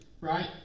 Right